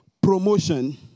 promotion